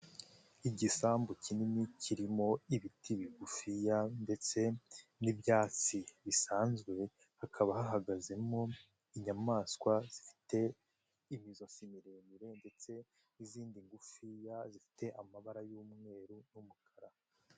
Igisambu kinini kirimo ibiti bigufiya ndetse n'ibyatsi bisanzwe, hakaba hahagazemo inyamaswa zifite imizotsi miremire, ndetse n'izindi ngufiya zifite amabara y'umweru n'umukara.